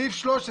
סעיף 13: